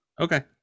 Okay